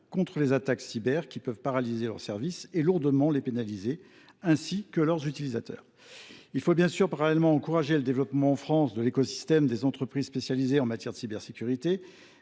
contre les attaques cyber qui peuvent paralyser leurs services et lourdement les pénaliser, tout comme leurs utilisateurs. Il faut bien sûr encourager parallèlement le développement en France de l’écosystème des entreprises spécialisées en matière de cybersécurité,